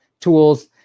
tools